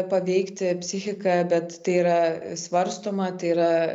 paveikti psichiką bet tai yra svarstoma tai yra